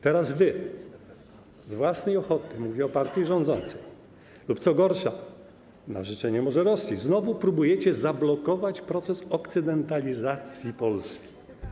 Teraz wy, z własnej ochoty - mówię o partii rządzącej - lub co gorsza, może na życzenie Rosji znowu próbujecie zablokować proces okcydentalizacji Polski.